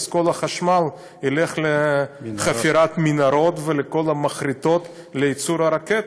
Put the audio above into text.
אז כל החשמל ילך לחפירת מנהרות ולכל המחרטות לייצור הרקטות.